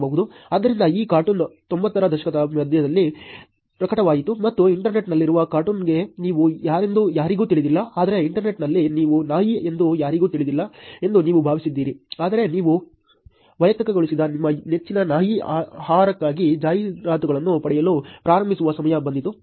ಆದ್ದರಿಂದ ಈ ಕಾರ್ಟೂನ್ ತೊಂಬತ್ತರ ದಶಕದ ಮಧ್ಯದಲ್ಲಿ ಪ್ರಕಟವಾಯಿತು ಮತ್ತು ಇಂಟರ್ನೆಟ್ನಲ್ಲಿರುವ ಕಾರ್ಟೂನ್ಗೆ ನೀವು ಯಾರೆಂದು ಯಾರಿಗೂ ತಿಳಿದಿಲ್ಲ ಆದರೆ ಇಂಟರ್ನೆಟ್ನಲ್ಲಿ ನೀವು ನಾಯಿ ಎಂದು ಯಾರಿಗೂ ತಿಳಿದಿಲ್ಲ ಎಂದು ನೀವು ಭಾವಿಸಿದ್ದೀರಿ ಆದರೆ ನೀವು ವೈಯಕ್ತಿಕಗೊಳಿಸಿದ ನಿಮ್ಮ ನೆಚ್ಚಿನ ನಾಯಿ ಆಹಾರಕ್ಕಾಗಿ ಜಾಹೀರಾತುಗಳನ್ನು ಪಡೆಯಲು ಪ್ರಾರಂಭಿಸುವ ಸಮಯ ಬಂದಿತು